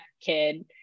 kid